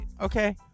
okay